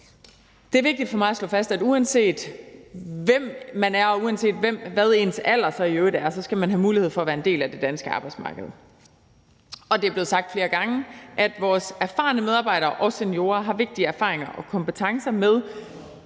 Det er vigtigt for mig at slå fast, at uanset hvem man er, og uanset hvad ens alder i øvrigt er, skal man have mulighed for at være en del af det danske arbejdsmarked. Det er blevet sagt flere gange, at vores erfarne medarbejdere og seniorer har vigtige erfaringer og kompetencer med